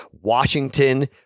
Washington